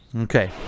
Okay